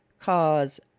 cause